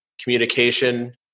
communication